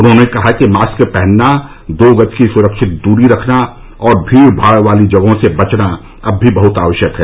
उन्होंने कहा कि मास्क पहनना दो गज की सुरक्षित दूरी रखना और भीड़ भाड़ वाली जगहों से बचना अब भी बहुत आवश्यक है